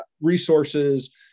resources